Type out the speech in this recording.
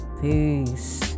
Peace